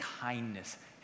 kindness